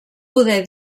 poder